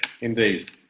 Indeed